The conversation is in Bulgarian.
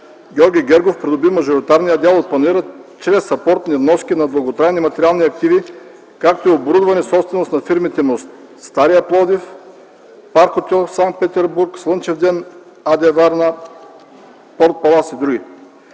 Георги Гергов придоби мажоритарния дял от панаира чрез апортни вноски на дълготрайни материални активи, както и оборудване, собственост на фирмите му „Стария Пловдив”, парк хотел „Санкт Петербург”, „Слънчев ден” АД – Варна, „Порт Палас” и други.